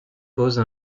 pose